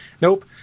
Nope